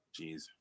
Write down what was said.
Jeez